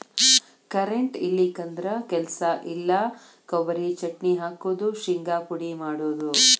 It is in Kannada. ಕರೆಂಟ್ ಇಲ್ಲಿಕಂದ್ರ ಕೆಲಸ ಇಲ್ಲಾ, ಕೊಬರಿ ಚಟ್ನಿ ಹಾಕುದು, ಶಿಂಗಾ ಪುಡಿ ಮಾಡುದು